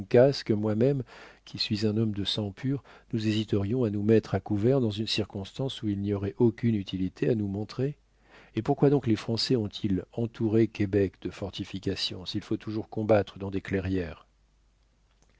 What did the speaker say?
que moi-même qui suis un homme de sang pur nous hésiterions à nous mettre à couvert dans une circonstance où il n'y aurait aucune utilité à nous montrer et pourquoi donc les français ont-ils entouré québec de fortifications s'il faut toujours combattre dans des clairières